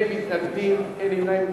20 בעד, אין מתנגדים ואין נמנעים.